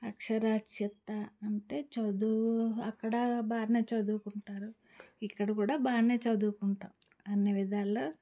అక్షరాచ్యాత అంటే చదువు అక్కడ బానే చదువుకుంటారు ఇక్కడ కూడా బానే చదువుకుంటారు అన్ని విధాల